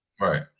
Right